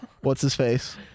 what's-his-face